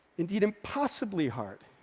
indeed impossibly hard,